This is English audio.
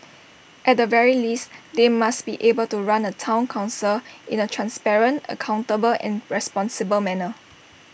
at the very least they must be able to run A Town Council in A transparent accountable and responsible manner